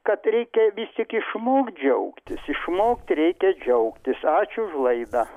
kad reikia vis tik išmokt džiaugtis išmokt reikia džiaugtis ačiū už laidą